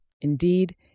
Indeed